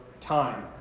time